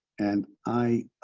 and i